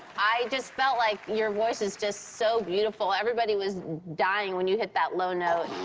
i just felt like your voice is just so beautiful. everybody was dying when you hit that low note.